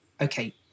okay